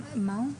שלום,